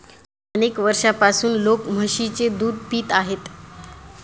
अनेक वर्षांपासून लोक म्हशीचे दूध पित आहेत